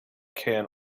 can